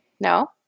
No